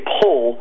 pull